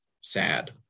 sad